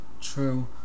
True